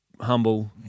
Humble